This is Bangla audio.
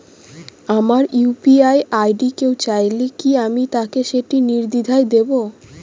আমার ইউ.পি.আই আই.ডি কেউ চাইলে কি আমি তাকে সেটি নির্দ্বিধায় দেব?